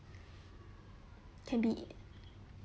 can be